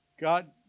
God